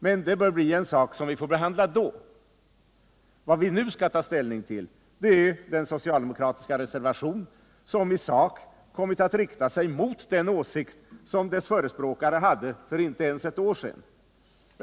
Men den frågan bör vi behandla då. Vad vi nu skall ta ställning till är den socialdemokratiska reservation som i sak kommit att rikta sig mot den åsikt som dess förespråkare hade för inte ens ett år sedan.